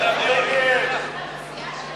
ההצעה להעביר את הצעת חוק הדיינים (תיקון,